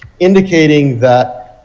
indicating that